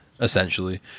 essentially